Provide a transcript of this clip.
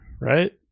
right